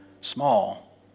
small